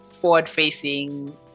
forward-facing